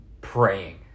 praying